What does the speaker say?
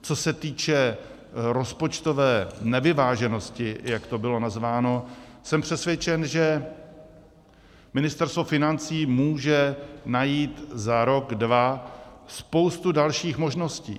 Co se týče rozpočtové nevyváženosti, jak to bylo nazváno, jsem přesvědčen, že Ministerstvo financí může najít za rok, dva spoustu dalších možností.